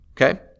okay